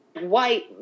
White